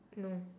no